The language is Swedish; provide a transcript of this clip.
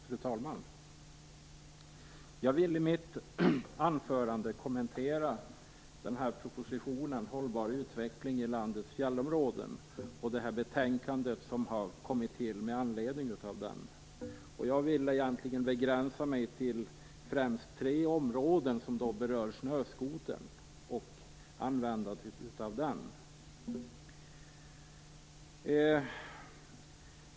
Fru talman! Jag vill i mitt anförande kommentera propositionen Hållbar utveckling i landets fjällområden och betänkandet som har kommit till med anledning av denna. Jag vill egentligen begränsa mig främst till tre områden som berör snöskotern och användandet av den.